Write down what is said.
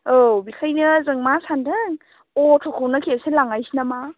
औ बेखायनो जों मा सानदों अट'खौनो खेबसे लांनोसै नामा